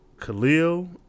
Khalil